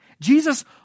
Jesus